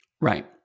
Right